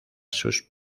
sus